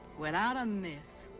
without a miss.